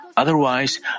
Otherwise